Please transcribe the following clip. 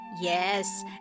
Yes